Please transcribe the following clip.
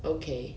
okay